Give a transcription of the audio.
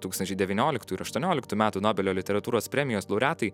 tūkstančiai devynioliktų ir aštuonioliktų metų nobelio literatūros premijos laureatai